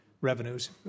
revenues